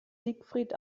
siegfried